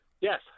Yes